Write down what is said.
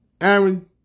Aaron